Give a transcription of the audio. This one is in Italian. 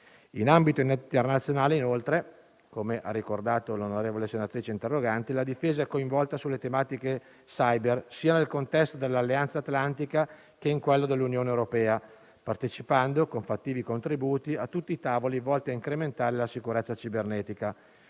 In ambito internazionale, inoltre - come ha ricordato l'onorevole senatrice interrogante - la Difesa è coinvolta sulle tematiche *cyber* sia nel contesto dell'Alleanza atlantica che in quello dell'Unione europea, partecipando, con fattivi contributi, a tutti i tavoli volti a incrementare la sicurezza cibernetica.